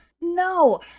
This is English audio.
no